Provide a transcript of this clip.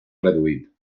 reduït